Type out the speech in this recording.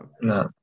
No